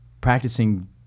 practicing